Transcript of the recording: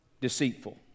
deceitful